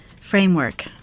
framework